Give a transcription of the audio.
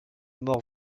mort